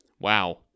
Wow